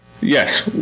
Yes